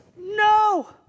No